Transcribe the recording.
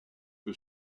que